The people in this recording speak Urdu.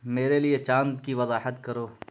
میرے لیے چاند کی وضاحت کرو